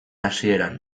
hasieran